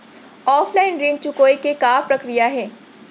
Offline ऋण चुकोय के का प्रक्रिया हे?